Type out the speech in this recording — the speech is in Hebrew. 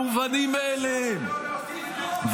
המובנים מאליהם.